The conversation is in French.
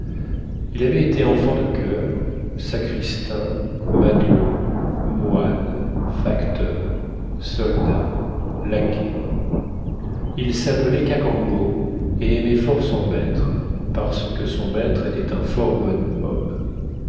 il avait été enfant de choeur sacristain matelot moine facteur soldat laquais il s'appelait cacambo et aimait fort son maître parceque son maître était un fort bon homme